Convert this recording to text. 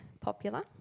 popular